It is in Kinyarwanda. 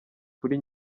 kuri